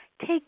take